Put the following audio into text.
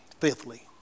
Fifthly